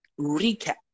recap